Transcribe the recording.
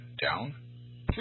Down